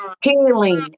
healing